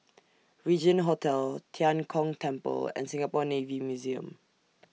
Regin Hotel Tian Kong Temple and Singapore Navy Museum